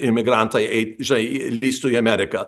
imigrantai eit žinai lįstų į ameriką